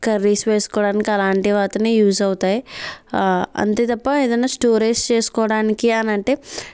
curries వేసుకోవడానికి అలాంటివి అయితేనే యూస్ అవుతాయి అంతే తప్ప ఏదైనా స్టోరేజ్ చేసుకోవడానికి అని అంటే